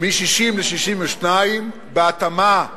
מ-60 ל-62, ובהתאמה,